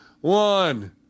one